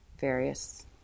various